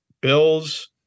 Bills